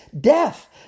death